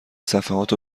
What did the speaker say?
صفحات